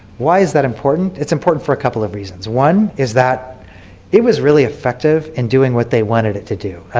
why is that important? important? it's important for a couple of reasons. one is that it was really effective in doing what they wanted it to do.